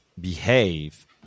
behave